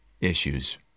issues